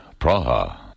Praha